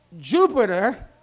Jupiter